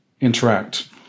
interact